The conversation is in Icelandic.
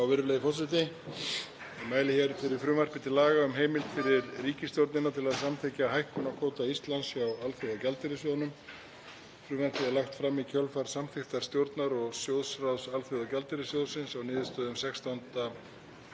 Ég mæli hér fyrir frumvarpi til laga um heimild fyrir ríkisstjórnina til að samþykkja hækkun á kvóta Íslands hjá Alþjóðagjaldeyrissjóðnum. Frumvarpið er lagt fram í kjölfar samþykktar stjórnar og sjóðsráðs Alþjóðagjaldeyrissjóðsins á niðurstöðum 16.